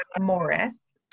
Morris